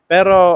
Pero